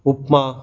upma